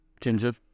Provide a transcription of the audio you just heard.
Ginger